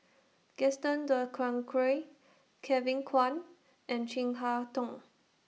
Gaston Dutronquoy Kevin Kwan and Chin Harn Tong